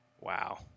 Wow